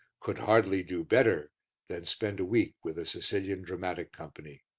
could hardly do better than spend a week with a sicilian dramatic company.